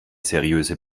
seriöse